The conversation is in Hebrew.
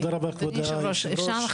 בבקשה.